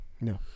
No